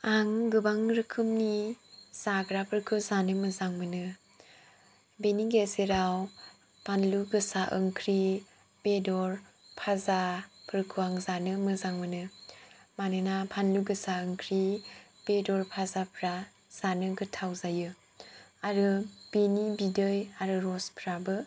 आं गोबां रोखोमनि जाग्राफोरखौ जानो मोजां मोनो बेनि गेजेराव बानलु गोसा ओंख्रि बेदर भाजाफोरखौ आं जानो मोजां मोनो मानोना फानलु गोसा ओंख्रि बेदर भाजाफ्रा जानो गोथाव जायो आरो बेनि बिदै आरो रसफ्राबो